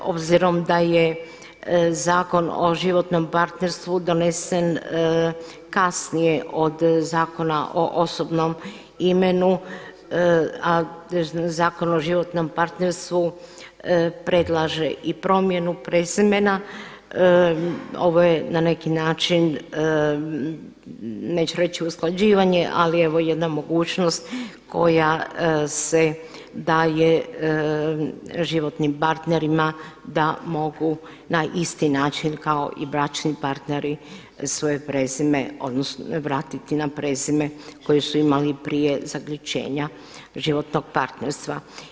Obzirom da je Zakon o životnom partnerstvu donesen kasnije od Zakona o osobnom imenu, a Zakon o životnom partnerstvu predlaže i promjenu prezimena, ovo je na neki način, neću reći usklađivanje, ali evo jedna mogućnost koja se daje životnim partnerima da mogu na isti način kao i bračni partneri vratiti na prezime koje su imali prije zaključenja životnog partnerstva.